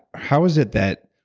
how is it that